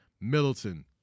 Middleton